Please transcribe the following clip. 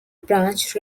branch